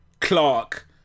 Clark